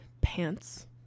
pants